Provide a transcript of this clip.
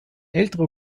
älterer